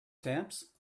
stamps